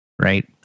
Right